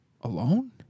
alone